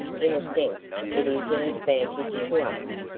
in a sense it is an advantage to us.